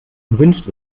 wünscht